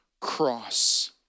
cross